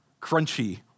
crunchy